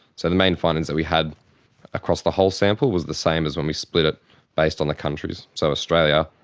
so the main findings that we had across the whole sample was the same as when we split it based on the countries. so australia,